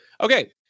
Okay